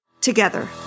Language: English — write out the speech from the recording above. together